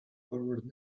forward